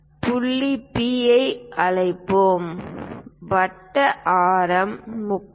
புள்ளி P ஐ அழைப்போம் வட்ட ஆரம் 30 மி